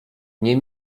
nie